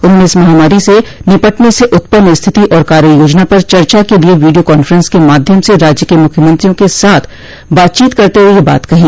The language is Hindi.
उन्होंने इस महामारी से निपटने से उत्पन्न स्थिति और कार्य योजना पर चर्चा के लिए वीडियो कांफ्रेंस के माध्यम से राज्य के मुख्यमंत्रियों के साथ बातचीत करते हए ये बात कही